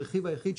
הרכיב היחיד,